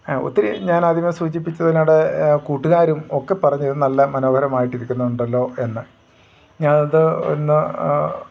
ഒത്തിരി ഞാനാദ്യമേ സൂചിപ്പിച്ച അതിനിടെ കൂട്ടുകാരും ഒക്കെപ്പറഞ്ഞു ഇത് നല്ല മനോഹരമായിട്ട് ഇരിക്കിന്നുണ്ടല്ലോയെന്ന് ഞാനത് ഒന്ന്